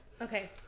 Okay